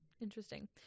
Interesting